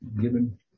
Given